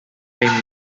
fame